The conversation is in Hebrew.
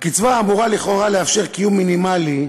הקצבה אמורה לכאורה לאפשר קיום מינימלי,